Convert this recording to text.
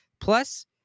Plus